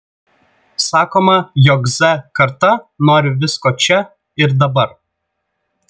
sakoma jog z karta nori visko čia ir dabar